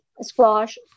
squash